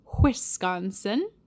Wisconsin